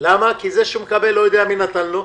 כי זה שמקבל לא יודע מי נתן לו,